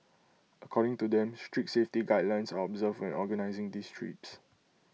according to them strict safety guidelines are observed when organising these trips